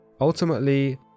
Ultimately